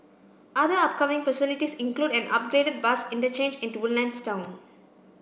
other upcoming facilities include an upgraded bus interchange in the Woodlands town